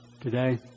today